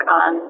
on